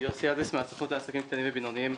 יוסי עדס, הסוכנות לעסקים קטנים ובינוניים.